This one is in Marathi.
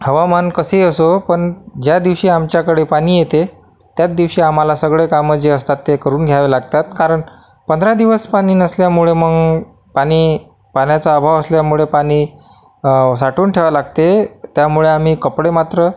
हवामान कसेही असो पण ज्या दिवशी आमच्याकडे पाणी येते त्याच दिवशी आम्हाला सगळे कामं जे असतात ते करून घ्यावे लागतात कारण पंधरा दिवस पाणी नसल्यामुळे मग पाणी पाण्याचा अभाव असल्यामुळं पाणी साठवून ठेवावं लागते त्यामुळे आम्ही कपडे मात्र